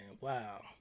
Wow